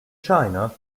china